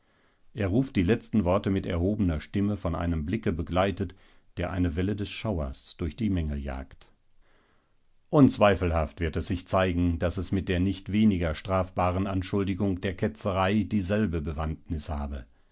er ruft die letzten worte mit erhobener stimme von einem blicke begleitet der eine welle des schauers durch die menge jagt unzweifelhaft wird es sich zeigen daß es mit der nicht weniger strafbaren anschuldigung der ketzerei dieselbe bewandnis habe